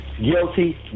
Guilty